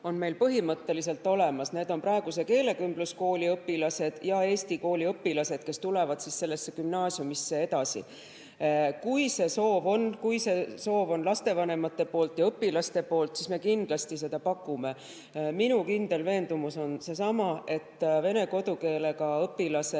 on meil põhimõtteliselt olemas. Need on praeguse keelekümbluskooli õpilased ja eesti kooli õpilased, kes tulevad sellesse gümnaasiumisse edasi. Kui see soov on, kui see soov on lastevanematel ja õpilastel, siis me kindlasti seda pakume. Minu kindel veendumus on seesama, et vene kodukeelega õpilased